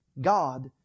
God